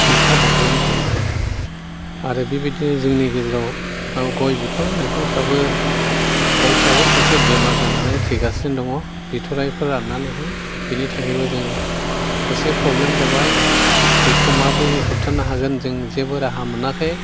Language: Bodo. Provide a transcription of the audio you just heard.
नखा बांद्रायनि जुनै हाय आरो बेबादिनो जोंनि गेजेराव गय बिफां लाइफांफ्राबो गयफ्राबो खायसे बेमार जानानै थैगासिनो दङ बिथ'राइफोर राननानैहाय बेनि थाखायबो जों एसे प्रब्लेम जाबाय बेखौ माब्रै होबथानो हागोन जों जेबो राहा मोनाखै